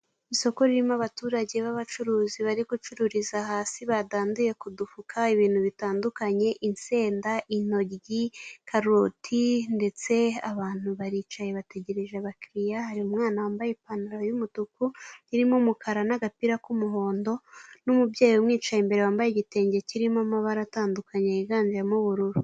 Isoko ririmo abaturage b'abacuruzi bari gucururiza hasi badanduye kudufuka ibintu bitandukanye insenda ,intoryi, karoti ndetse abantu baricaye bategereje abakiriya, hari umwana wambaye ipantaro y'umutuku irimo umukara n'agapira k'umuhondo n'umubyeyi umwicaye imbere wambaye igitenge kirimo amabara atandukanye y'iganjemo ubururu.